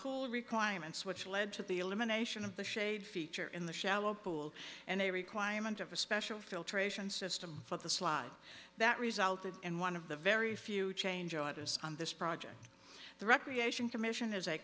cool requirements which led to the elimination of the shade feature in the shallow pool and a requirement of a special filtration system for the slide that resulted in one of the very few changes on this project the recreation commission is a